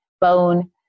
Bone